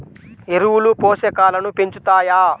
ఎరువులు పోషకాలను పెంచుతాయా?